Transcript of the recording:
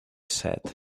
said